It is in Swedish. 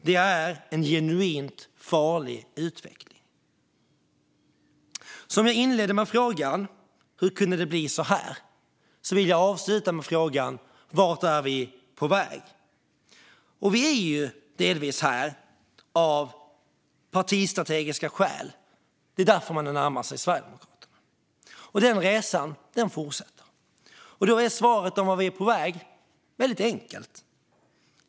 Det är en genuint farlig utveckling. Jag inledde med att fråga hur det kunde bli så här, men jag vill avsluta med att fråga: Vart är vi på väg? Vi är delvis här av partistrategiska skäl. Det är därför vissa partier har närmat sig Sverigedemokraterna. Och den resan fortsätter. Då är svaret på vart vi är på väg väldigt enkelt.